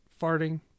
farting